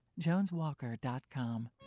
JonesWalker.com